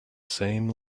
same